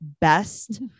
best